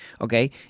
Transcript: Okay